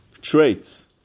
traits